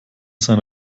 sein